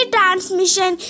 transmission